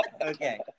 Okay